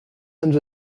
sainte